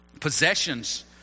possessions